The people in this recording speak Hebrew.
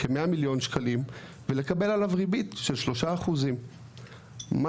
כמאה מיליון שקלים ולקבל עליו ריבית של 3%. מה